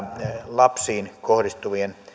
lapsiin kohdistuvien